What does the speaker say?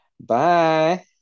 Bye